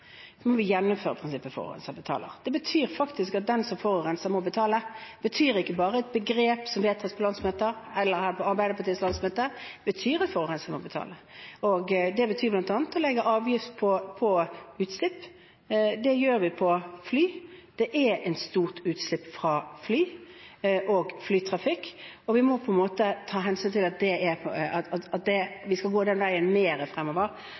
gjennomføre det. Det betyr faktisk at den som forurenser, må betale. Det betyr ikke at det bare er et begrep som vedtas på landsmøter, f.eks. på Arbeiderpartiets landsmøte. Det betyr at forurenser må betale, bl.a. ved at vi legger avgift på utslipp. Det gjør vi på fly, det er et stort utslipp fra fly og flytrafikk. Vi må ta hensyn til at vi skal gå denne veien i større grad fremover. Jeg har med interesse merket meg at Arbeiderpartiets landsmøte sa at